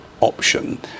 option